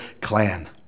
clan